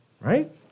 right